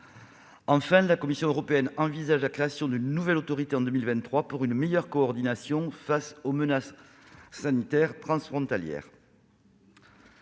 Enfin, la Commission européenne envisage la création d'une nouvelle autorité en 2023 pour une meilleure coordination face aux menaces sanitaires transfrontalières.